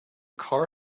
car